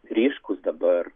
ryškūs dabar